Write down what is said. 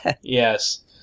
Yes